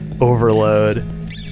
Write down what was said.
overload